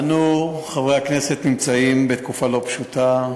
אנו, חברי הכנסת, נמצאים בתקופה לא פשוטה,